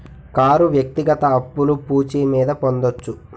car వ్యక్తిగత అప్పులు పూచి మీద పొందొచ్చు